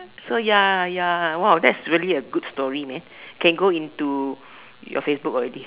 so ya ya !wow! that's really a good story man can go into your Facebook already